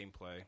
gameplay